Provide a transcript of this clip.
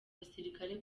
basirikare